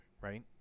right